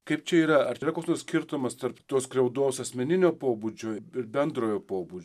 kaip čia yra ar yra koks nors skirtumas tarp tos skriaudos asmeninio pobūdžio ir bendrojo pobūdž